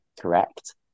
correct